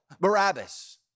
Barabbas